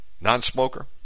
non-smoker